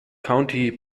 county